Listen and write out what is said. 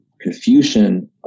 Confucian